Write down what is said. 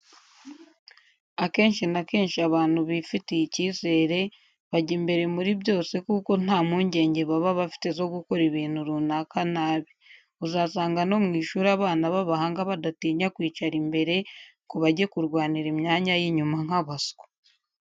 Akenshi na kenshi abantu bifitiye icyizere bajya imbere muri byose kuko nta mpungenge baba bafite zo gukora ibintu runaka nabi. Uzasanga no mu ishuri abana b'abahanga badatinya kwicara imbere ngo bajye kurwanira imyanya y'inyuma nk'abaswa.